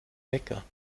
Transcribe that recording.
wecker